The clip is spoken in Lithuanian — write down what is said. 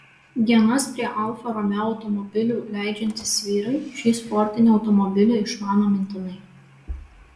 dienas prie alfa romeo automobilių leidžiantys vyrai šį sportinį automobilį išmano mintinai